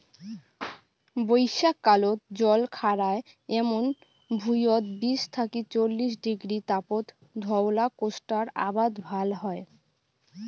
বইষ্যাকালত জল খাড়ায় এমুন ভুঁইয়ত বিশ থাকি চল্লিশ ডিগ্রী তাপত ধওলা কোষ্টার আবাদ ভাল হয়